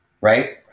Right